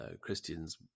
Christians